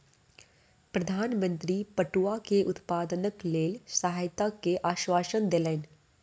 प्रधान मंत्री पटुआ के उत्पादनक लेल सहायता के आश्वासन देलैन